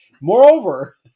Moreover